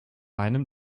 einem